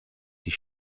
die